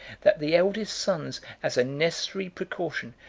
that the eldest sons, as a necessary precaution,